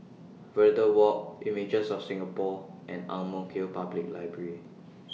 Verde Walk Images of Singapore and Ang Mo Kio Public Library